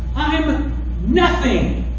i'm and nothing!